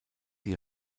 die